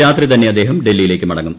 രാത്രി തന്നെ അദ്ദേഹം ഡൽഹിയിലേക്ക് മടങ്ങും